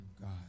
God